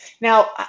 now